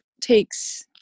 takes